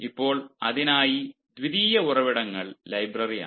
ഇപ്പോൾ അതിനായി ദ്വിതീയ ഉറവിടങ്ങൾ ലൈബ്രറിയാണ്